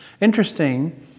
Interesting